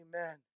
Amen